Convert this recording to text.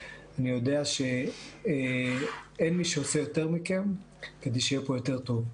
אני יודע שאין מי שעושה יותר מכם כדי שיהיה פה יותר טוב,